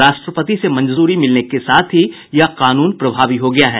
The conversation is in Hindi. राष्ट्रपति से मंजूरी मिलने के साथ ही यह कानून प्रभावी हो गया है